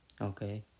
okay